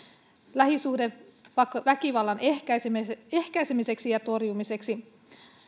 lähisuhdeväkivallan ehkäisemiseksi ehkäisemiseksi ja torjumiseksi